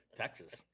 Texas